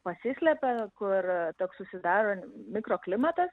pasislepia kur toks susidaro mikroklimatas